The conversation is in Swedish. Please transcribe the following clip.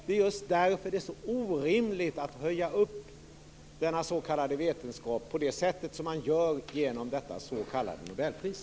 Det är just därför som det är så orimligt att så att säga höja upp denna s.k. vetenskap på det sätt som man gör genom detta s.k. nobelpris.